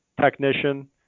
technician